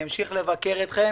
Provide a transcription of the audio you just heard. אני אמשיך לבקר אתכם